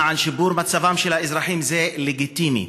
למען שיפור מצבם של האזרחים, זה לגיטימי,